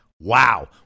Wow